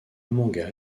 manga